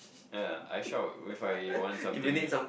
ya I shop if I want something